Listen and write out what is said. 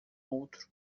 outro